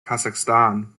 kazakhstan